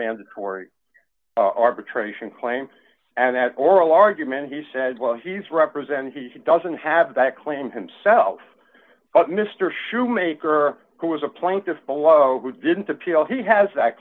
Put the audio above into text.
mandatory arbitration claim and that oral argument he said well he's represented he doesn't have that clinton himself but mr shoemaker who was a plaintiff below who didn't appeal he has that